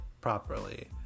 properly